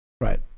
Right